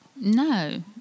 No